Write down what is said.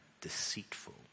deceitful